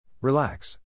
Relax